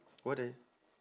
what doe~